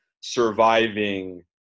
surviving